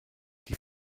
die